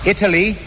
Italy